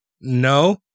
no